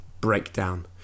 breakdown